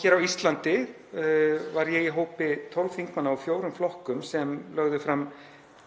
Hér á Íslandi var ég í hópi 12 þingmanna úr fjórum flokkum sem lögðu fram